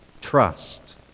Trust